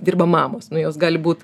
dirba mamos nu jos gali būt